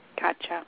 Gotcha